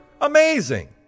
Amazing